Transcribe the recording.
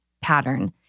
pattern